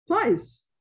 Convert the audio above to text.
Please